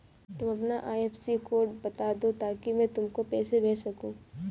तुम अपना IFSC code बता दो ताकि मैं तुमको पैसे भेज सकूँ